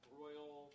royal